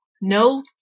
no